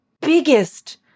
biggest